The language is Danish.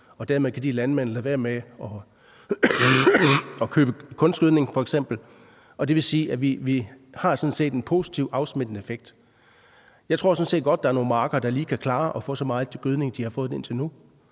og dermed kan de landmænd f.eks. lade være med at købe kunstgødning. Det vil sige, at vi sådan set har en positivt afsmittende effekt. Jeg tror sådan set, der er nogle marker, der godt lige kan klare at få så meget gødning, de har fået indtil nu,